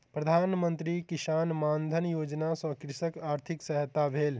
प्रधान मंत्री किसान मानधन योजना सॅ कृषकक आर्थिक सहायता भेल